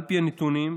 לפי הנתונים,